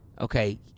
okay